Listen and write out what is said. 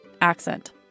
accent